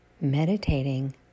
meditating